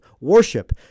worship